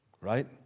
right